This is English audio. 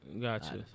gotcha